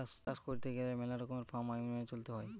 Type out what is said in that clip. চাষ কইরতে গেলে মেলা রকমের ফার্ম আইন মেনে চলতে হৈ